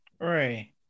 Right